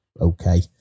okay